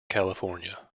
california